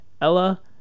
Ella